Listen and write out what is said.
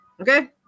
Okay